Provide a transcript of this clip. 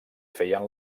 feien